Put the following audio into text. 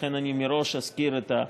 ולכן אני אזכיר מראש